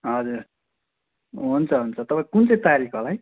हजुर हुन्छ हुन्छ तपाईँ कुन चाहिँ तारिख होला है